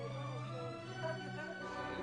אני מתכבד לפתוח את